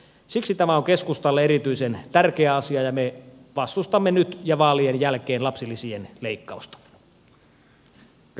siksi tämä on keskustalle erityisen tärkeä asia ja me vastustamme nyt ja vaalien jälkeen lapsilisien leikkausta